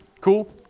Cool